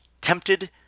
tempted